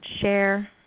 share